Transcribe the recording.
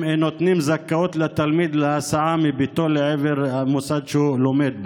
נותנות זכאות לתלמיד להסעה מביתו אל המוסד שהוא לומד בו.